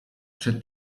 przed